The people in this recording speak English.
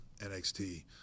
NXT